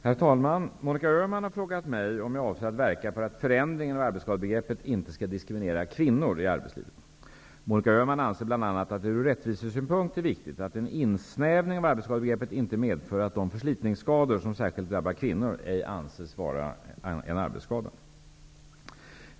Herr talman! Monica Öhman har frågat mig om jag avser att verka för att förändringen av arbetsskadebegreppet inte skall diskriminera kvinnor i arbetslivet. Monica Öhman anser bl.a. att det ur rättvisesynpunkt är viktigt att en insnävning av arbetsskadebegreppet inte medför att de förslitningsskador som särskilt drabbar kvinnor ej anses vara en arbetsskada.